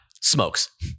Smokes